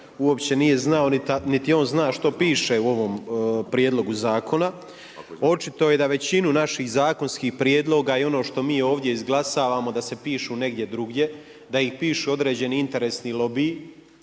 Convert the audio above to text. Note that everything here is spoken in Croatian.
uopće nije znao, niti je on zna što piše u ovom prijedlogu zakona. Očito je da većinu naših zakonskih prijedloga i ono što mi ovdje izglasavamo da se pišu negdje drugdje, da ih pišu određeni interesni lobiji